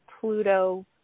Pluto